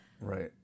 Right